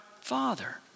Father